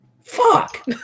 Fuck